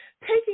Taking